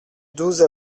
douze